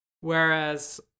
Whereas